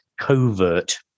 covert